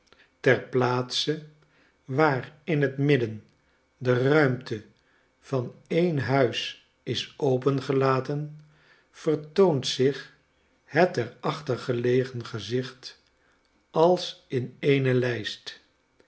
ter plaatse waar in het midden de ruimte van n huis is opengelaten vertoont zich het er achter gelegen gezicht als in eene lijst